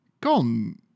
gone